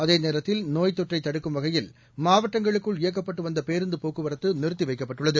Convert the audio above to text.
அதேநேரத்தில் நோய்த் தொற்றை தடுக்கும் வகையில் மாவட்டங்களுக்குள் இயக்கப்பட்டு வந்த பேருந்து போக்குவரத்து நிறுத்திவைக்கப்பட்டுள்ளது